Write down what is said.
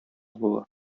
була